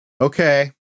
Okay